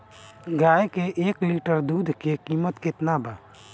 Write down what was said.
गाए के एक लीटर दूध के कीमत केतना बा?